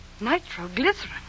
Nitroglycerin